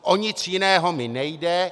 O nic jiného mi nejde.